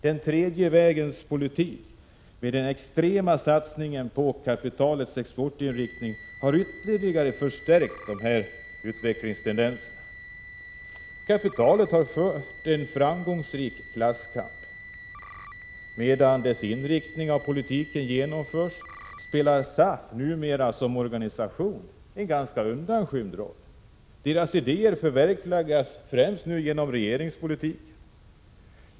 Den tredje vägens politik med den extrema satsningen på kapitalets exportinriktning har ytterligare förstärkt dessa utvecklingstendenser. Kapitalet har fört en framgångsrik klasskamp. Medan dess inriktning av politiken genomförs spelar SAF numera som organisation en ganska undanskymd roll. Dess idéer förverkligas nu främst genom regeringspolitik.